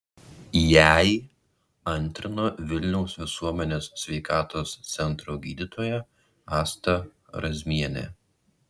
jai antrino vilniaus visuomenės sveikatos centro gydytoja asta razmienė